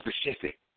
specific